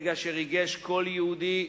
רגע שריגש כל יהודי,